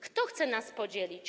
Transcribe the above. Kto chce nas podzielić?